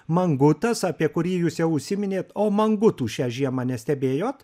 mangutas apie kurį jūs jau užsiminėt o mangutų šią žiemą nestebėjot